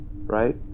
right